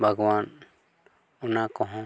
ᱵᱟᱜᱽᱣᱟᱱ ᱚᱱᱟ ᱠᱚᱦᱚᱸ